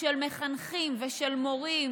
של מחנכים ושל מורים,